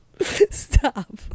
stop